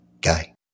guy